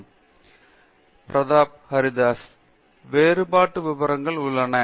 பேராசிரியர் பிரதாப் ஹரிதாஸ் வேறுபாடு விவரங்கள் உள்ளன